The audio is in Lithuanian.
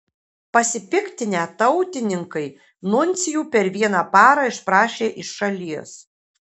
pasipiktinę tautininkai nuncijų per vieną parą išprašė iš šalies